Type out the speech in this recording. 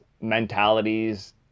mentalities